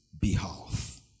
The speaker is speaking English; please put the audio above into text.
behalf